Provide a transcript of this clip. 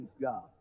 God